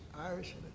Irish